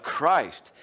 Christ